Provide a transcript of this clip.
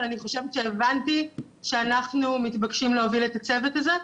אבל אני חושבת שהבנתי שאנחנו מתבקשים להוביל את הצוות הזה.